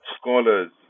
scholars